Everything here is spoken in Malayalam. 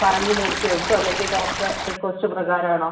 പറഞ്ഞ് മേടിച്ച് കഴിച്ചോ അല്ലെങ്കിൽ ഡോക്ടറെ റിക്വസ്റ്റ് പ്രകാരമാണോ